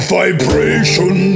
vibration